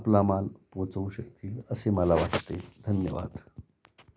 आपला माल पोचवू शकतील असे मला वाटते धन्यवाद